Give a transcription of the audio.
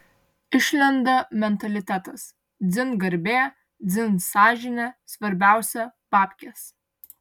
išlenda mentalitetas dzin garbė dzin sąžinė svarbiausia babkės